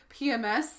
PMS